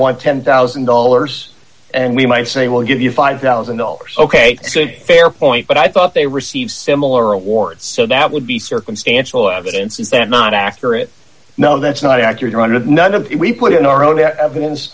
want ten thousand dollars and we might say we'll give you five thousand dollars ok it's a fair point but i thought they received similar awards so that would be circumstantial evidence is that not accurate no that's not accurate run of none of it we put in our own